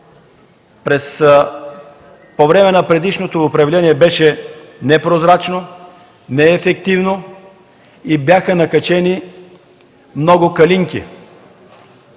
при предишното управление беше непрозрачно и неефективно, бяха накачени много Калинки.